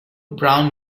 brown